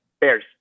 bears